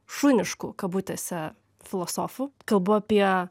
šuniškų kabutėse filosofų kalbu apie